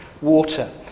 water